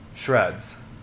Shreds